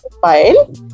file